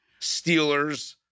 Steelers